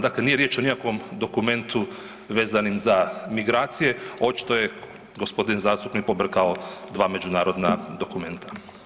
Dakle, nije riječ o nikakvom dokumentu vezanim za migracije, očito je g. zastupnik pobrkao dva međunarodna dokumenta.